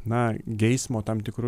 na geismo tam tikru